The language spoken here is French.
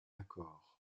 accord